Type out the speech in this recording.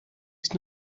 ist